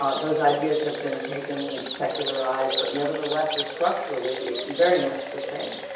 um those ideas have been taken, secularized, but nevertheless they're structurally very much the same.